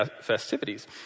festivities